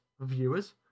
viewers